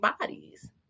bodies